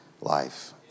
life